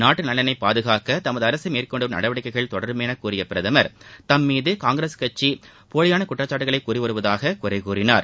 நாட்டு நலனை பாதுகாக்க தமது அரசு மேற்கொண்டு வரும் நடவடிக்கைகள் தொடரும் என கூறிய பிரதமர் தம்மீது காங்கிரஸ் கட்சி போலியான குற்றச்சாட்டுகளை கூறி வருவதாக குறை கூறினார்